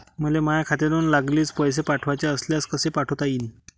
मले माह्या खात्यातून लागलीच पैसे पाठवाचे असल्यास कसे पाठोता यीन?